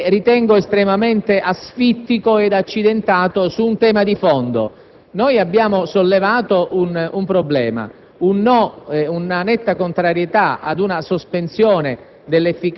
segnalando alcune perplessità su questo percorso, che ritengo estremamente asfittico ed accidentato su un tema di fondo. Abbiamo sollevato un problema